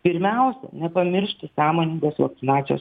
pirmiausia nepamiršti sąmoningos vakcinacijos